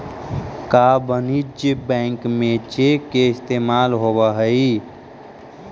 का वाणिज्य बैंक में चेक के इस्तेमाल होब हई?